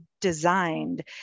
designed